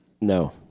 No